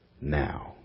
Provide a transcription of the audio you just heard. now